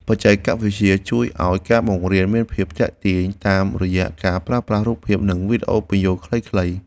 បច្ចេកវិទ្យាអប់រំជួយឱ្យការបង្រៀនមានភាពទាក់ទាញតាមរយៈការប្រើប្រាស់រូបភាពនិងវីដេអូពន្យល់ខ្លីៗ។